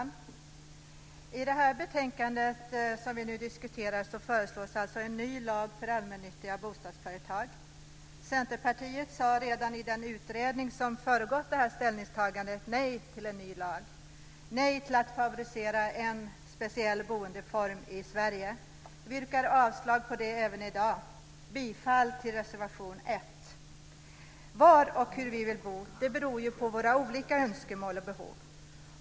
Fru talman! I det betänkande som vi nu diskuterar föreslås en ny lag för allmännyttiga bostadsföretag. Centerpartiet sade redan i den utredning som föregått ställningstagandet nej till en ny lag och nej till att favorisera en speciell boendeform i Sverige. Vi yrkar avslag på det även i dag. Jag yrkar bifall till reservation 1. Var och hur vi vill bo beror på våra olika önskemål och behov.